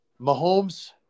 Mahomes –